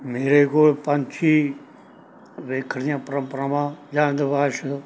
ਮੇਰੇ ਕੋਲ ਪੰਛੀ ਵੇਖਣ ਜਾਂ ਪਰੰਪਰਾਵਾਂ ਜਾਂ ਅੰਧ ਵਾਸ਼